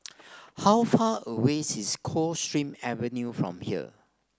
how far away's is Coldstream Avenue from here